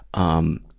um,